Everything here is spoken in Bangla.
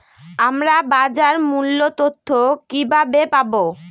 আমরা বাজার মূল্য তথ্য কিবাবে পাবো?